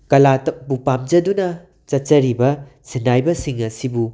ꯀꯂꯥꯇꯕꯨ ꯄꯥꯝꯖꯗꯨꯅ ꯆꯠꯆꯔꯤꯕ ꯁꯤꯟꯅꯥꯏꯕꯁꯤꯡ ꯑꯁꯤꯕꯨ